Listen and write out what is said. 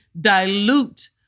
dilute